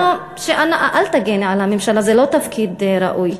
אל תגני על הממשלה, זה לא תפקיד ראוי.